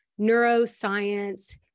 neuroscience